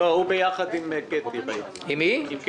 לא, הוא ביחד עם קטי שטרית.